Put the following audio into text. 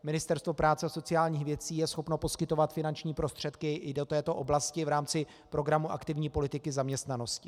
Ministerstvo práce a sociálních věcí je schopno poskytovat finanční prostředky i do této oblasti v rámci programu aktivní politiky zaměstnanosti.